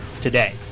today